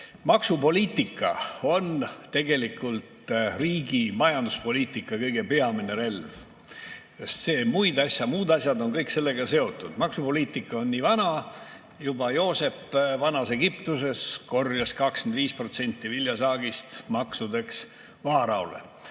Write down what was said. Maksupoliitika on riigi majanduspoliitika kõige peamine relv. Muud asjad on kõik sellega seotud. Maksupoliitika on nii vana, et juba Joosep vanas Egiptuses korjas 25% viljasaagist maksudeks vaaraole.